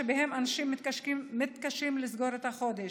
שבה אנשים מתקשים לסגור את החודש.